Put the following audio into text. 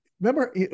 Remember